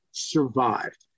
survived